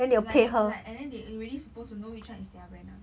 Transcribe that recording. like no and they already supposed to know which [one] is their brand ah